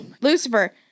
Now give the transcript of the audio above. Lucifer